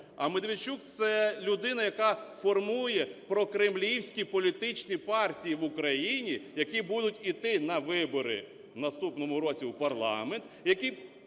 А Медведчук – це людина, яка формує прокремлівські політичні партії в Україні, які будуть йти на вибори в наступному році в парламент, які